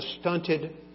stunted